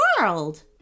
world